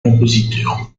compositeur